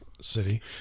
city